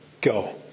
go